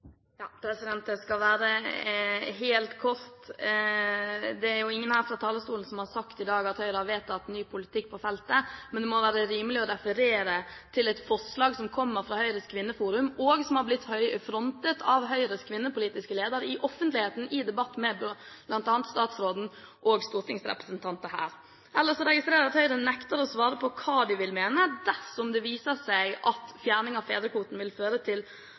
jo ingen som fra talerstolen i dag har sagt at Høyre har vedtatt en ny politikk på feltet. Men det må være rimelig å referere til et forslag som kommer fra Høyres Kvinneforum, og som har blitt frontet av Høyres kvinnepolitiske leder i offentligheten, i debatt med bl.a. statsråden og stortingsrepresentanter. Ellers registrerer jeg at Høyre nekter å svare på hva de vil mene dersom det viser seg at fjerning av fedrekvoten vil føre til